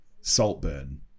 Saltburn